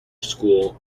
school